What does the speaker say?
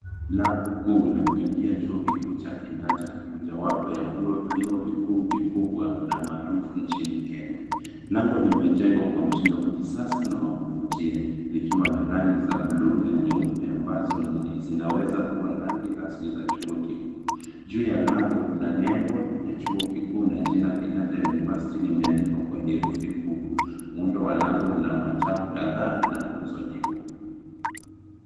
Lango kuu la kuingia chuo kikuu cha Kenyatta mojawapo ya vyuo vikuu vikubwa na maarufu nchini Kenya. Lango limejengwa kwa mtindo wa kisasa na wa kuvutuia likiwa na rangi za buluu na nyeupe ambazo zinaweza kuwa rangi rasmi za chuo kikuu. Juu ya lango kuna nembo ya chuo kikuu na jina Kenyatta University limeandikwa kwa herufi kubwa. Muundo wa lango una matao kadhaa na nguzo nyeupe.